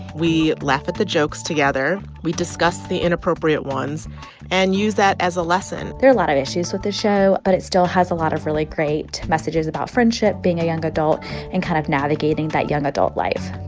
we laugh at the jokes together. we discuss the inappropriate ones and use that as a lesson there are a lot of issues with the show, but it still has a lot of really great messages about friendship, being a young adult and kind of navigating that young adult life